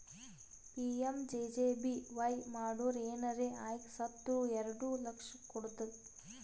PMJJBY ಮಾಡುರ್ ಏನರೆ ಆಗಿ ಸತ್ತುರ್ ಎರಡು ಲಕ್ಷ ಕೊಡ್ತುದ್